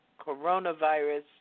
coronavirus